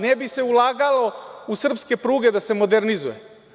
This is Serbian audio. Ne bi se ulagalo u srpske pruge da se modernizuje.